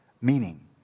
meaning